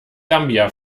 gambia